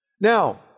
Now